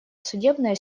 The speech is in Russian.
судебная